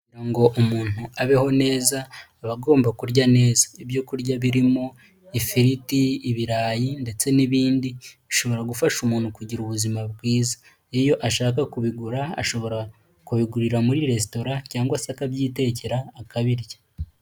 Kugira ngo umuntu abeho neza, aba agomba kurya neza. Ibyo kurya birimo: ifiriti, ibirayi ndetse n'ibindi. Bishobora gufasha umuntu kugira ubuzima bwiza. Iyo ashaka kubigura ashobora kubigurira muri resitora cyangwa se akabyitekera akabirya.